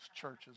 churches